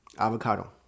Avocado